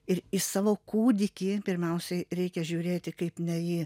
ir į savo kūdikį pirmiausiai reikia žiūrėti kaip ne į